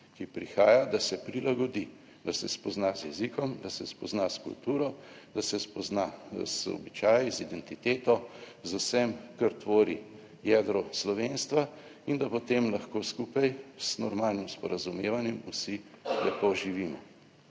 ki prihaja, da se prilagodi, da se spozna z jezikom, da se spozna s kulturo, da se spozna z običaji, z identiteto, z vsem, kar tvori jedro slovenstva in da potem lahko skupaj z normalnim sporazumevanjem vsi lepo živimo.